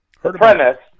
premise